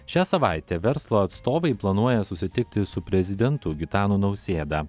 šią savaitę verslo atstovai planuoja susitikti su prezidentu gitanu nausėda